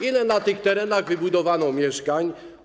Ile na tych terenach wybudowano mieszkań?